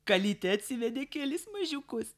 kalytė atsivedė kelis mažiukus